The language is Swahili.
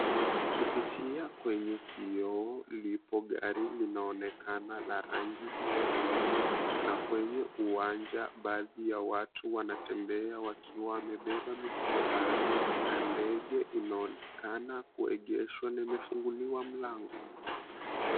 Kupitia kwenye kioo lipo gari linaonekana la rangi nyeupe na kwenye uwanja baadhi ya watu wanatembea wakiwa wamebeba mikoba na ndege inaonekana kuegeshwa na limefunguliwa mlango.